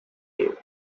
tail